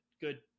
good